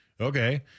Okay